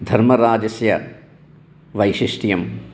धर्मराजस्य वैशिष्ट्यं